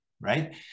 right